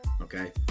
Okay